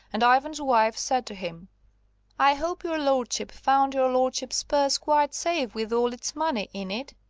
and ivan's wife said to him i hope your lordship found your lordship's purse quite safe with all its money in it.